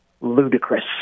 ludicrous